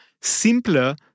simpler